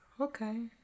Okay